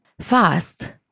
Fast